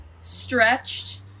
stretched